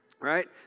right